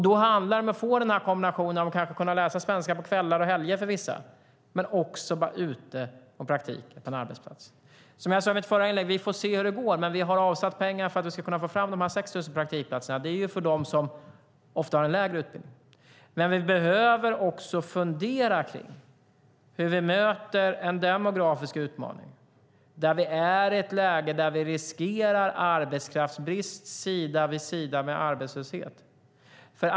Då kanske man kan få en kombination av att läsa svenska på kvällar och helger och att vara ute på praktik på en arbetsplats. Som jag sade i mitt förra inlägg: Vi får se hur det går, men vi har avsatt pengar för att kunna få fram de här 6 000 praktikplatserna, och det är för dem som ofta har en lägre utbildning. Men vi behöver också fundera kring hur vi möter en demografisk utmaning i ett läge där vi riskerar arbetskraftsbrist sida vid sida med arbetslöshet.